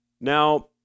Now